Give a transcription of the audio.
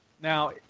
Now